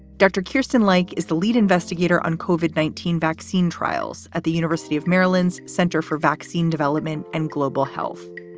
dr. carson, like is the lead investigator, unkovic, nineteen vaccine trials at the university of maryland's center for vaccine development and global health.